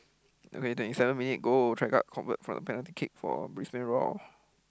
okay twenty seven minute goal Taggart convert from a penalty kick for Brisbane-Roar